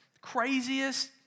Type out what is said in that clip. craziest